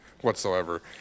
whatsoever